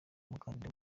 umukandida